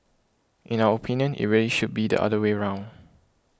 in our opinion it really should be the other way round